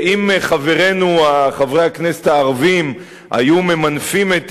אם חברינו חברי הכנסת הערבים היו ממנפים את